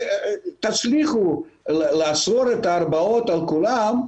תצליחו לאסור את ההרבעות על כולם,